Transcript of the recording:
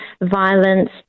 violence